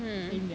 mm